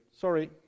Sorry